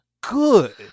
good